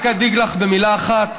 רק אגיד לך במילה אחת: